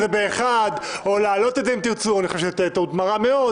זה 1 או להעלות את זה אם תרצו אני חושב שהעלאה תהיה טעות מרה מאוד.